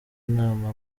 inama